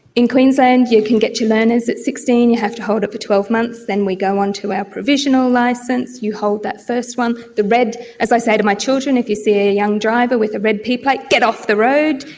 in queensland you can get your learners at sixteen, you have to hold it for twelve months, then we go on to our provisional licence, you hold that first one, the red, as i say to my children, if you see a young driver with a red p plate, get off the road,